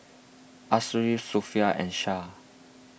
Ashraf Sofea and Shah